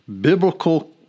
biblical